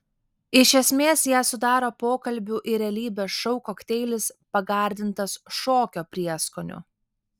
iš esmės ją sudaro pokalbių ir realybės šou kokteilis pagardintas šokio prieskoniu